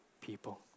people